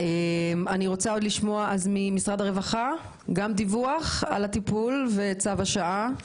אני רוצה לשמוע ממשרד הרווחה דיווח על הטיפול וצו השעה.